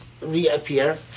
reappear